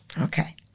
Okay